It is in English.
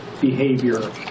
behavior